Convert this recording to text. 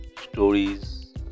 stories